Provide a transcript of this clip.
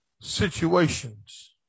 situations